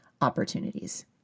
opportunities